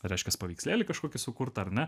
reiškias paveikslėlį kažkokį sukurtą ar ne